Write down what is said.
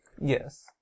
Yes